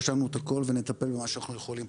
רשמנו את הכול ונטפל במה שאנחנו יכולים.